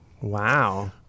Wow